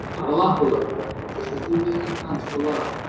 not a lot below the record. just a few million tons below.